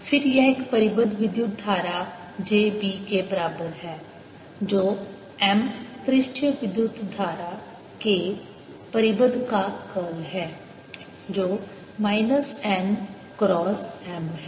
फिर यह एक परिबद्ध विद्युत धारा j b के बराबर है जो M पृष्ठीय विद्युत धारा k परिबद्ध का कर्ल है जो माइनस n क्रॉस M है